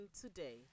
today